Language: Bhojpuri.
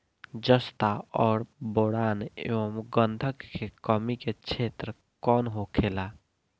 जस्ता और बोरान एंव गंधक के कमी के क्षेत्र कौन होखेला?